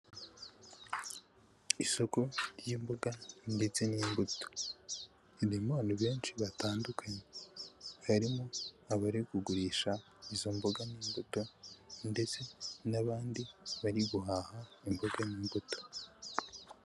Isoko ry'imboga ndetse n'imbuto, ririmo abantu benshi batandukanye, harimo abari kugurisha izo mboga n'imbuto ndetse n'abandi bari guhaha imboga n'imbuto.